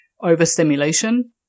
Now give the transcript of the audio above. overstimulation